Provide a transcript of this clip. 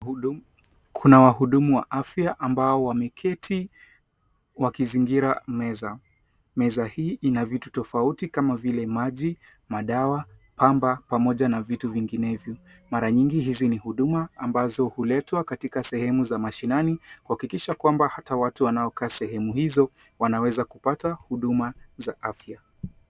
Kuna wahudumu wa afya ambao wameketi wakizingira meza. Meza hii ina vitu tofauti kama vile maji, madawa, pamba pamoja na vitu vinginevyo. Mara nyingi hizi ni huduma ambazo huletwa katika sehemu za mashinani kuhakikisha kwamba hata watu wanaokaa sehemu hizo wanaweza kupata huduma za afya.